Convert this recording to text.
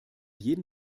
jeden